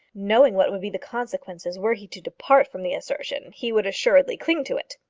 knowing what would be the consequences were he to depart from the assertion, he would assuredly cling to it.